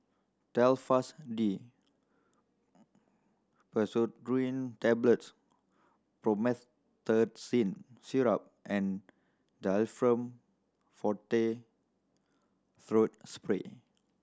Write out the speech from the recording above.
Telfast D Pseudoephrine Tablets Promethazine Syrup and Difflam Forte Throat Spray